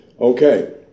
Okay